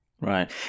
Right